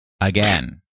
again